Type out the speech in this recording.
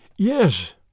Yes